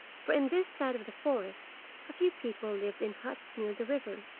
for in this side of the forest a few people lived in huts near the river.